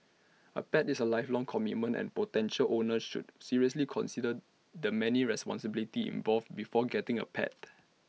A pet is A lifelong commitment and potential owners should seriously consider the many responsibilities involved before getting A pet